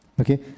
Okay